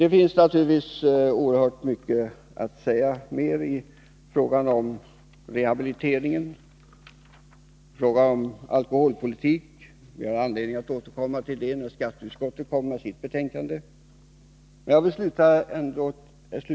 Det finns naturligtvis oerhört mycket mer att säga i frågorna om rehabilitering och alkoholpolitik, och vi får anledning att återkomma till det när skatteutskottet lägger fram sitt betänkande på detta område.